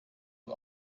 een